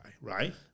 right